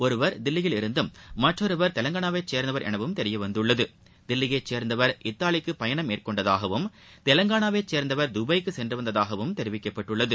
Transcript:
ஒருவர் புதுதில்லியில் இருந்தும் மற்றொருவருர் தெலங்கானாவை சேர்ந்தவர் எனவும் தெரியவந்துள்ளது தில்லியைச் சேர்ந்தவர் இத்தாலிக்கு பயணம் மேற்கொண்டதாகவும் தெலங்கானாவைச் சேர்ந்தவர் துபாயிக்கு சென்று வந்ததாகவும் தெரிவிக்கப்பட்டுள்ளது